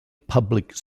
public